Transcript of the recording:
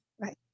Right